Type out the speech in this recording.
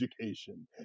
education